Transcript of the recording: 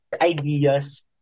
ideas